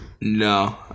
no